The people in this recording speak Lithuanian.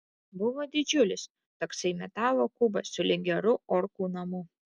buvo didžiulis toksai metalo kubas sulig geru orkų namu